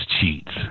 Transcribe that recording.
cheats